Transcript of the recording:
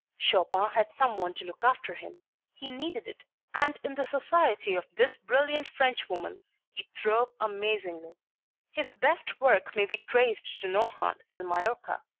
chopin had some one to look after him he needed it and in the society of this brilliant frenchwoman he throve amazingly his best work may be traced to nohant and majorca.